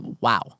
Wow